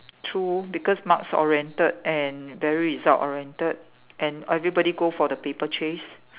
true because marks oriented and very result oriented and everybody go for the paper chase